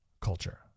culture